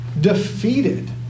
defeated